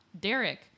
Derek